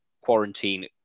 quarantine